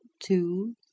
two